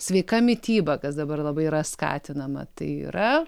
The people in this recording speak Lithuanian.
sveika mityba kas dabar labai yra skatinama tai yra